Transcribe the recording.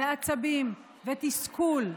ועצבים ותסכול.